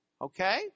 Okay